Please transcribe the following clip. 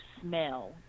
smell